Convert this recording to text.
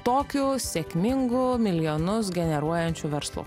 tokiu sėkmingu milijonus generuojančiu verslu